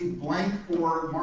one